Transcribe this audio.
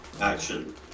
action